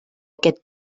aquest